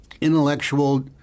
intellectual